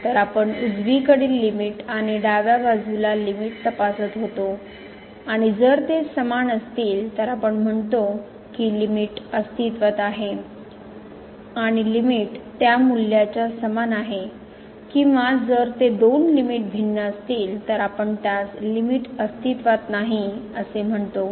तर आपण उजवीकडील लिमिट आणि डाव्या बाजूला लिमिट तपासत होतो आणि जर ते समान असतील तर आपण म्हणतो की लिमिट अस्तित्वात आहे आणि लिमिट त्या मूल्याच्या समान आहे किंवा जर ते दोन लिमिट भिन्न असतील तर आपण त्यास लिमिट अस्तित्वात नाही असे म्हणू